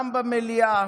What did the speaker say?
גם במליאה